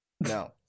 No